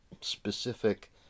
specific